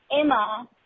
Emma